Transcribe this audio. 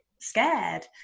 scared